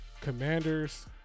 Commanders